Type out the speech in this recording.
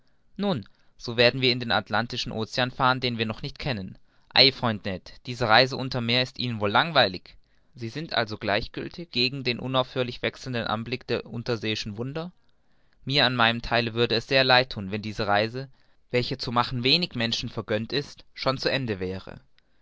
nun so werden wir in den atlantischen ocean fahren den wir noch nicht kennen ei freund ned diese reise unter'm meer ist ihnen wohl langweilig sie sind also gleichgiltig gegen den unaufhörlich wechselnden anblick der unterseeischen wunder mir an meinem theile würde es sehr leid sein wenn diese reise welche zu machen wenig menschen vergönnt ist schon zu ende wäre